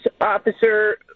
officer